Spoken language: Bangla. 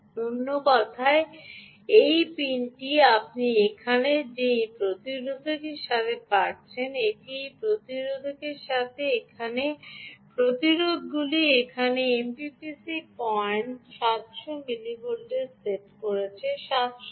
অন্য কথায় এই পিনটি আপনি এখানে যে এই প্রতিরোধকের সাথে দেখতে পাচ্ছেন এটি এই প্রতিরোধকের সাথে এখানে এই প্রতিরোধকগুলি এখানে এমপিপিসি পয়েন্টটি 700 মিলিভোল্টে সেট করবে